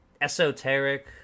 esoteric